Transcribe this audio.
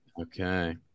Okay